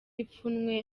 ipfunwe